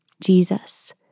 Jesus